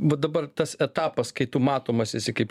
va dabar tas etapas kai tu matomas esi kaip